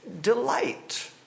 delight